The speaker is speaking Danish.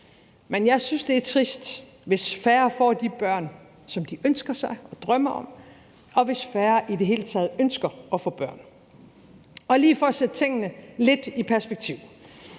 Men jeg synes, det er trist, hvis færre får de børn, som de ønsker sig og drømmer om, og hvis færre i det hele taget ønsker at få børn. Lige for at sætte tingene lidt i perspektiv